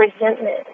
resentment